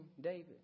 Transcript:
David